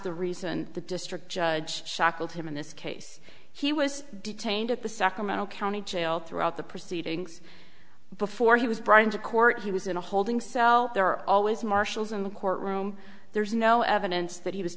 the reason the district judge shackled him in this case he was detained at the sacramento county jail throughout the proceedings before he was brought into court he was in a holding cell there are always marshals in the courtroom there's no evidence that he was